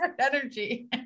energy